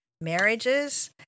marriages